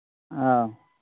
ꯑꯧ